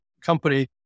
company